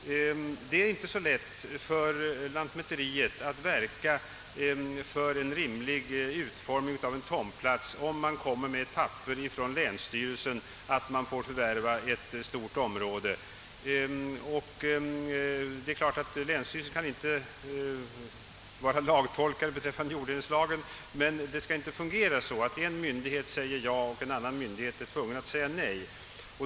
Det är inte så lätt för lantmätarna att verka för en rimlig utformning av en tomplats när en person kommer med ett papper från länsstyrelsen som bekräftar att han får förvärva ett stort om råde. Det är klart att länsstyrelsen inte kan vara lagtolkare beträffande jorddelningslagen men det skall inte fungera på så sätt, att en myndighet säger ja och en annan myndighet är tvungen att säga nej.